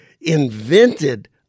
invented